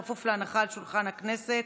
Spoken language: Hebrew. בכפוף להנחה על שולחן הכנסת,